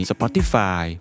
Spotify